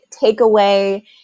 takeaway